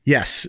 Yes